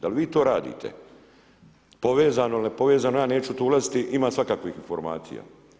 Dal vi to radite povezano ili ne povezano ja neću tu ulaziti, ima svakakvih informacija.